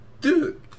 Dude